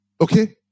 okay